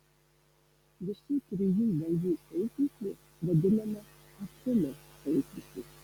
visų trijų galvų sausgyslė vadinama achilo sausgysle